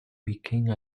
became